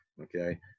okay